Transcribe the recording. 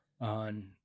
on